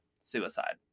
suicide